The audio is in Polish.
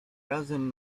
razem